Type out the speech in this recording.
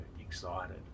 excited